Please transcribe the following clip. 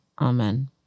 Amen